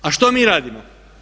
A što mi radimo?